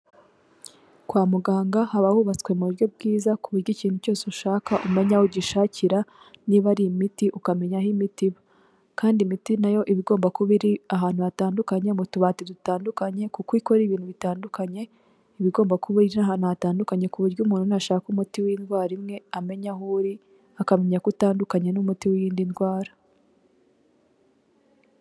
Kwa muganga haba hubatswe mu buryo bwiza ku buryo ikintu cyose ushaka umenya aho ugishashakira, niba ari imiti ukamenya aho imiti iba. Kandi imiti na yo iba igomba kuba iri ahantu hatandukanye, mu tubati dutandukanye, kuko ikora ibintu bitandukanye, iba igomba kuba iri ahantu hatandukanye, ku buryo umuntu nashaka umuti w'indwara imwe amenya aho uri, akamenya ko utandukanye n'umuti w'iyindi ndwara.